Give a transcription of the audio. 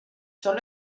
son